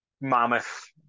Mammoth